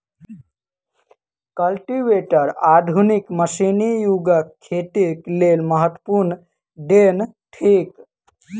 cultivator आधुनिक मशीनी युगक खेतीक लेल महत्वपूर्ण देन थिक